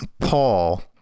Paul